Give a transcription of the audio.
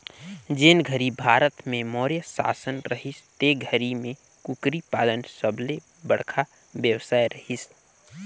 जेन घरी भारत में मौर्य सासन रहिस ते घरी में कुकरी पालन सबले बड़खा बेवसाय रहिस हे